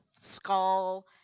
skull